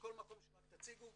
בכל מקום שרק תציגו.